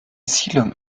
siedlung